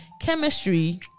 chemistry